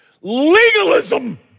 Legalism